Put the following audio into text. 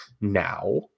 now